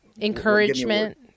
encouragement